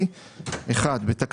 תשפ"ג-2023.